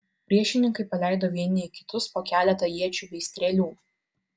priešininkai paleido vieni į kitus po keletą iečių bei strėlių